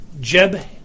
Jeb